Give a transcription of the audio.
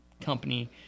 company